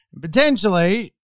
potentially